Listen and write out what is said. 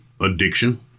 Addiction